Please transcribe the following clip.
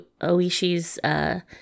Oishi's